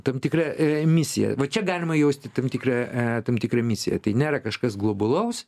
tam tikra e misija va čia galima jausti tam tikrą a tam tikrą misiją tai nėra kažkas globalaus